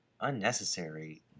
unnecessary